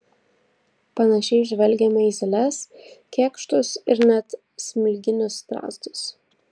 panašiai žvelgiame į zyles kėkštus ir net smilginius strazdus